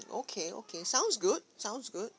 okay okay sounds good sounds good